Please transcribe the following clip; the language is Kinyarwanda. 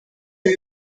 ati